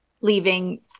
leaving